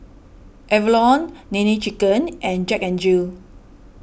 Avalon Nene Chicken and Jack N Jill